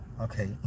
okay